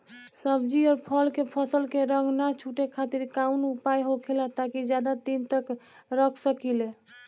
सब्जी और फल के फसल के रंग न छुटे खातिर काउन उपाय होखेला ताकि ज्यादा दिन तक रख सकिले?